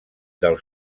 del